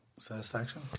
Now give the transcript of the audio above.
Satisfaction